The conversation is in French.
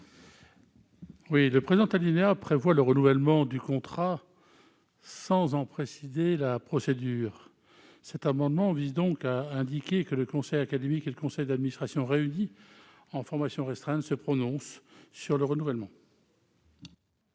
68 rectifié. L'alinéa 22 prévoit le renouvellement du contrat sans en préciser la procédure. Cet amendement vise donc à indiquer que le conseil académique et le conseil d'administration, réunis en formation restreinte, se prononcent sur le renouvellement.